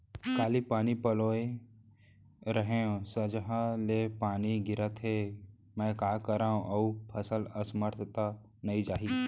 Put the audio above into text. काली पानी पलोय रहेंव, संझा ले पानी गिरत हे, मैं का करंव अऊ फसल असमर्थ त नई जाही?